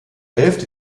hälfte